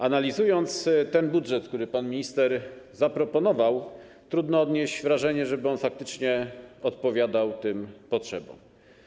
Analizując ten budżet, który pan minister zaproponował, trudno odnieść wrażenie, że on faktycznie odpowiada tym potrzebom.